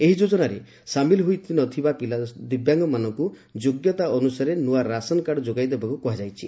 ଏହି ଯୋଜନାରେ ସାମିଲ୍ ହୋଇ ନ ଥିବା ଦିବ୍ୟାଙ୍ଗମାନଙ୍କୁ ଯୋଗ୍ୟତା ଅନୁସାରେ ନୂଆ ରାସନ କାର୍ଡ଼ ଯୋଗାଇ ଦେବାକୁ କୁହାଯାଇଛି